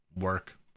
work